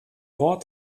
ort